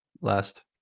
last